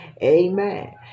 Amen